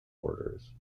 borders